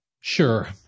sure